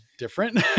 different